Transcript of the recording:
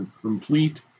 complete